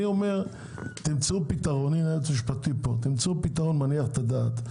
אני מבקש שתמצאו פתרון מניח את הדעת,